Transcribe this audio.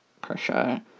pressure